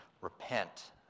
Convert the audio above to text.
repent